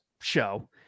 show